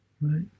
Right